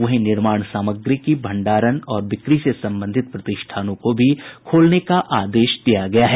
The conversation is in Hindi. वहीं निर्माण सामग्री की भंडारण और बिक्री से संबंधित प्रतिष्ठानों को भी खोलने का आदेश दिया गया है